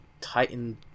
titan